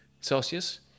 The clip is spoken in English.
Celsius